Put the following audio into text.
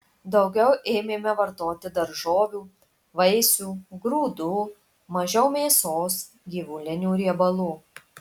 daugiau ėmėme vartoti daržovių vaisių grūdų mažiau mėsos gyvulinių riebalų